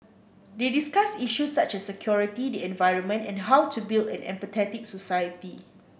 they discussed issues such as security the environment and how to build an empathetic society